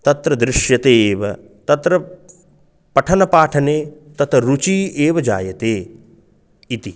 तत्र दृश्यते एव तत्र पठनपाठने तत्र रुचिः एव जायते इति